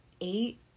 eight